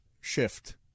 shift